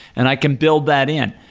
and i can build that in.